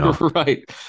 Right